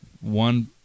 One